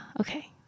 okay